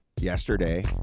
yesterday